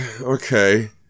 okay